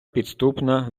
підступна